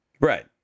Right